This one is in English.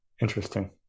Interesting